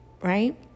right